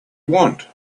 want